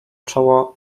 czoła